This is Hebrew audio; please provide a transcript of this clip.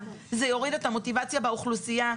זה יוריד את המוטיבציה באוכלוסייה,